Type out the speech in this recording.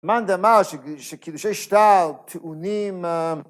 ‫מאן דאמר שקידושי שטר טעונים...